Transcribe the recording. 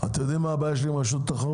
אתם יודעים מה הבעיה שלי עם רשות התחרות?